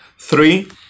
Three